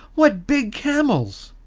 what big camels!